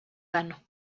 vano